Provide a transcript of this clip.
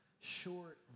short